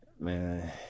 Man